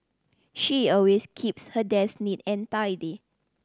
she always keeps her desk neat and tidy